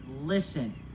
listen